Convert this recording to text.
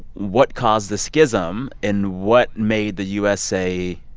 what caused the schism, and what made the u s. say,